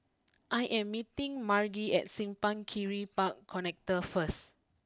I am meeting Margie at Simpang Kiri Park Connector first